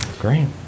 great